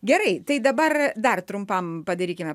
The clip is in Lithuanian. gerai tai dabar dar trumpam padarykime